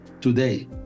today